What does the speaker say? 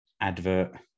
advert